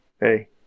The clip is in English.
Hey